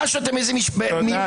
תודה.